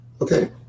Okay